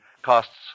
costs